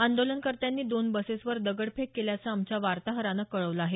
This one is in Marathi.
आंदोलनकर्त्यांनी दोन बसेसवर दगडफेक केल्याचं आमच्या वार्ताहरानं कळवलं आहे